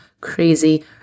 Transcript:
crazy